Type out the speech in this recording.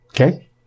Okay